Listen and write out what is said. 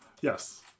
Yes